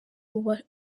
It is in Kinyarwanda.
umubare